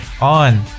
on